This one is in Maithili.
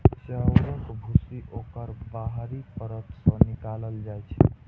चाउरक भूसी ओकर बाहरी परत सं निकालल जाइ छै